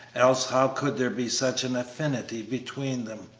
else how could there be such an affinity between them?